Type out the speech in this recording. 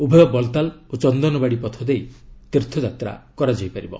ଉଭୟ ବଲତାଲ୍ ଓ ଚନ୍ଦନବାଡ଼ି ପଥ ଦେଇ ତୀର୍ଥଯାତ୍ରା କରାଯାଇ ପାରିବ